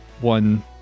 one